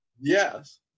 Yes